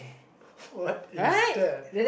what is that